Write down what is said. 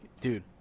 Dude